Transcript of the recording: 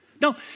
no